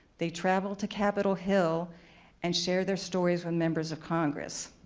they travel to capitol hill and share their stories with members of congress.